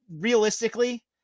realistically